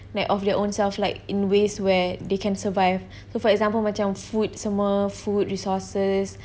like of their own selves like in ways where they can survive so for example macam food semua food resources